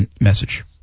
message